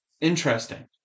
interesting